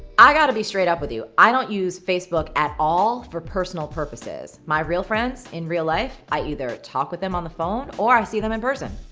i gotta be straight with you, i don't use facebook at all for personal purposes. my real friends in real life i either talk with them on the phone or i see them in person.